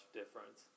difference